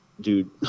dude